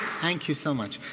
thank you so much.